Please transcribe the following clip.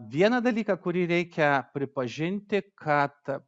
vieną dalyką kurį reikia pripažinti kad